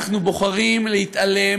אנחנו בוחרים להתעלם,